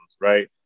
right